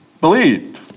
believed